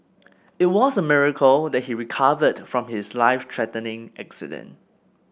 it was a miracle that he recovered from his life threatening accident